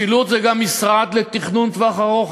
משילות זה גם משרד לתכנון לטווח ארוך.